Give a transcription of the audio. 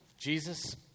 Jesus